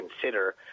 consider